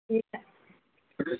ए